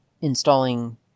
installing